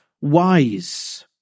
wise